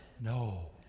no